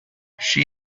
she